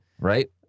Right